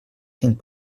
cinc